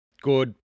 good